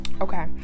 okay